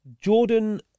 Jordan